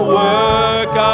work